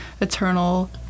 eternal